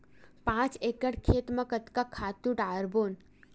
पांच एकड़ खेत म कतका खातु डारबोन?